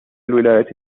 الولايات